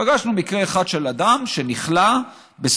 פגשנו מקרה אחד של אדם שנכלא בסודאן.